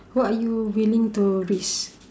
what are you willing to risk